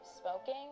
smoking